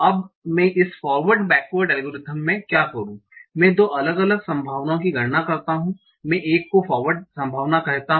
अब मैं इस फॉरवर्ड बैकवर्ड एल्गोरिदम में क्या करूं मैं दो अलग अलग संभावनाओं की गणना करता हूं मैं एक को फॉरवर्ड संभावना कहता हु